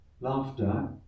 Laughter